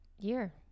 year